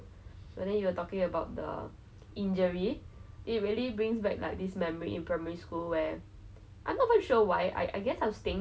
the we slept in this like tent on like this concrete platform and it was really very hot if not it's like at camp christine where there are a lot of bugs